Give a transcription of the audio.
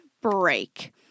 break